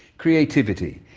creativity.